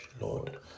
Lord